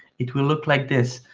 it will look like this